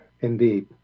Indeed